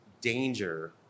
danger